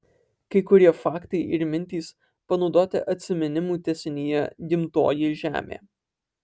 kai kurie faktai ir mintys panaudoti atsiminimų tęsinyje gimtoji žemė